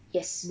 yes